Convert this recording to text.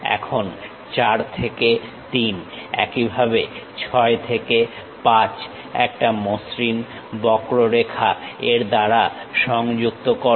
এখন 4 থেকে 3 একইভাবে 6 থেকে 5 একটা মসৃণ বক্ররেখা এর দ্বারা সংযুক্ত করো